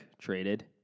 traded